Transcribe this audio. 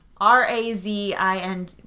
r-a-z-i-n